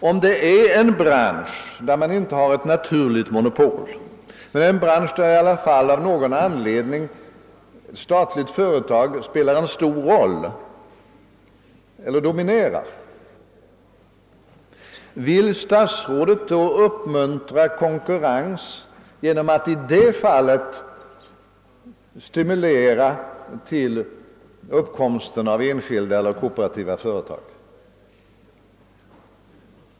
Vill statsrådet uppmuntra konkurrens genom att stimulera till uppkomsten av enskilda eller kooperativa företag i en bransch, där man inte har ett naturligt monopol men i vilken bransch i alla fall av någon anledning ett statligt företag spelar en stor roll eller dominerar?